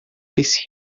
piece